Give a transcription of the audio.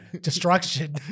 destruction